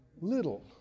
little